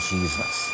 Jesus